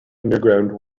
underground